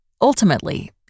Ultimately